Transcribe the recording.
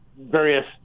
Various